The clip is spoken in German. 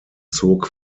zog